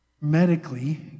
medically